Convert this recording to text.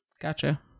Gotcha